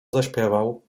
zaśpiewał